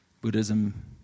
Buddhism